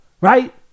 Right